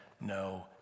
no